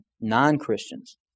non-Christians